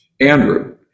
Andrew